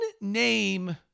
name